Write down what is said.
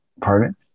Pardon